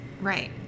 right